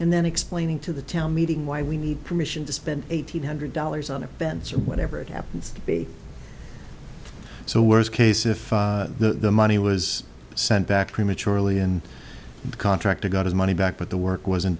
and then explaining to the town meeting why we need permission to spend eight hundred dollars on a bench or whatever it happens to be so worst case if the money was sent back prematurely and the contractor got his money back but the work wasn't